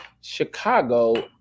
chicago